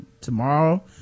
tomorrow